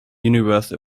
universe